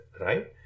right